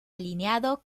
alineado